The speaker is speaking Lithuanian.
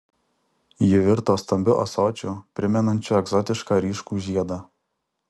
ji virto stambiu ąsočiu primenančiu egzotišką ryškų žiedą